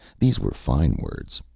these were fine words.